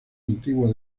antigua